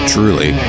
Truly